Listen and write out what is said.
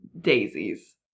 daisies